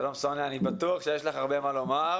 שלום סוניה, אני בטוח שיש לך הרבה מה לומר,